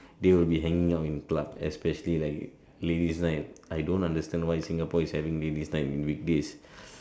they will be hanging out in club especially like ladies' night I don't understand why Singapore is having ladies' night in weekdays